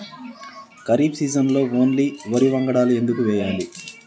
ఖరీఫ్ సీజన్లో ఓన్లీ వరి వంగడాలు ఎందుకు వేయాలి?